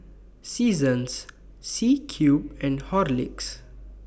Seasons C Cube and Horlicks